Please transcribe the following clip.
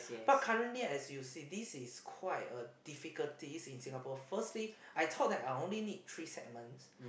but currently as you see this is quite a difficulties in Singapore firstly I thought I only need three segments